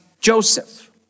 Joseph